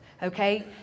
Okay